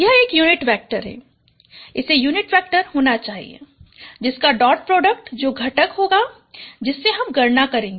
यह एक unit vector है इसे यूनिट वेक्टर होना चाहिए जिसका डॉट प्रोडक्ट जो घटक होगा जिससे कि हम गणना करेंगे